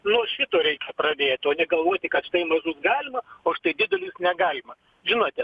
nuo šito reikia pradėt o negalvoti kad štai mažus galima o štai didelius negalima žinote